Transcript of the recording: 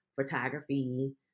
photography